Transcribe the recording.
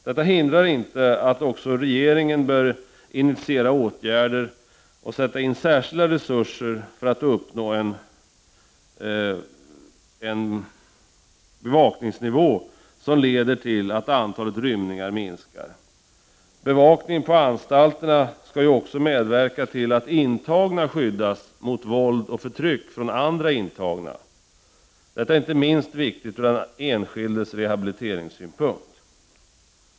Det hindrar inte att också regeringen bör initiera åtgärder och sätta in särskilda resurser för att uppnå en bevakningsnivå som leder till att antalet rymningar minskar. Bevakningen på anstalterna skall också medverka till att intagna skyddas mot våld och förtryck från andra intagna. Detta är inte minst viktigt ur den enskildes rehabiliteringssynpunkt.